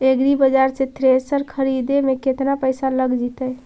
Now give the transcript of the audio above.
एग्रिबाजार से थ्रेसर खरिदे में केतना पैसा लग जितै?